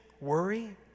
worry